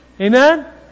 Amen